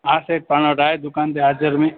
हा सेठ पाण वटि आए दुकान ते हाज़ुर में